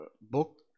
book